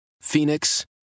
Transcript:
Phoenix